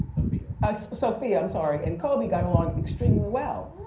sophia. ah sophia, i'm sorry. and kobe got along extremely well.